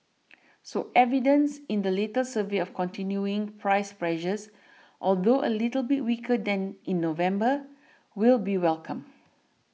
so evidence in the latest survey of continuing price pressures although a little bit weaker than in November will be welcomed